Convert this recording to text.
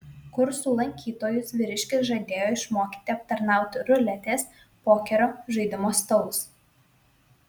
kursų lankytojus vyriškis žadėjo išmokyti aptarnauti ruletės pokerio žaidimo stalus